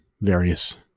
various